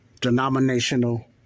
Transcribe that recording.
denominational